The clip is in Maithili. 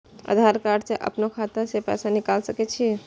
आधार कार्ड से अपनो खाता से पैसा निकाल सके छी?